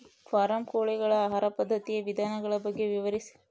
Form ಕೋಳಿಗಳ ಆಹಾರ ಪದ್ಧತಿಯ ವಿಧಾನಗಳ ಬಗ್ಗೆ ವಿವರಿಸಿ?